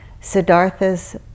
Siddhartha's